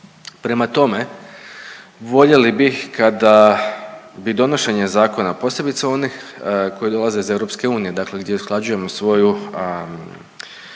Prema tome voljeli bih kada bi donošenje zakona posebice onih koji dolaze iz EU dakle gdje usklađujemo svoju,